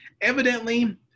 Evidently